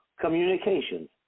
communications